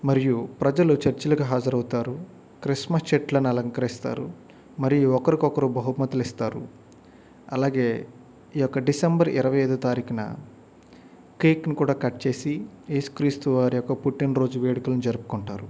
మరియు ప్రజలు చర్చిలకి హాజరవుతారు క్రిస్మస్ చెట్లని అలంకరిస్తారు మరియు ఒకరికొకరు బహుమతులిస్తారు అలాగే ఈ యొక్క డిసెంబర్ ఇరవై ఐదో తారీఖున కేకును కూడా కట్ చేసి యేసుక్రీస్తు వారి యొక్క పుట్టిన రోజు వేడుకను జరుపుకుంటారు